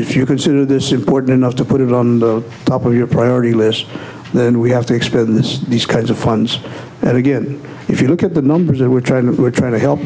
if you consider this important enough to put it on the top of your priority list than we have to expend this these kinds of funds and again if you look at the numbers that we're trying to we're trying to help